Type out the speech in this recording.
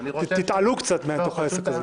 תתעלו קצת מתוך העסק הזה.